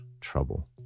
trouble